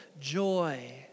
joy